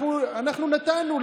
אנחנו נתנו,